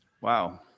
Wow